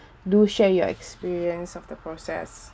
do share your experience of the process